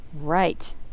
right